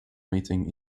meeting